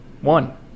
One